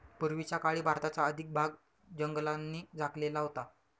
पूर्वीच्या काळी भारताचा अधिक भाग जंगलांनी झाकलेला होता